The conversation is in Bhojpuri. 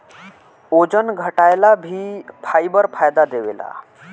ओजन घटाएला भी फाइबर फायदा देवेला